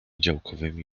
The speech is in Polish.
działkowymi